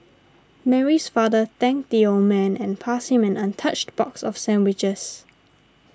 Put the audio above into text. Mary's father thanked the old man and passed him an untouched box of sandwiches